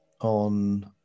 on